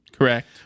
Correct